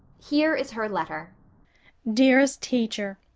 here is her letter dearest teacher,